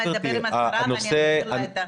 ואני גם אדבר עם השרה ואסביר לה את זה.